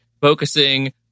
focusing